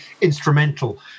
instrumental